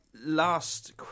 last